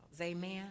amen